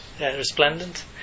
resplendent